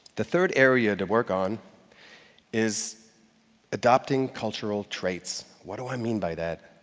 the third area to work on is adopting cultural traits. what do i mean by that?